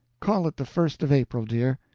call it the first of april, dear.